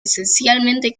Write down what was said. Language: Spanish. esencialmente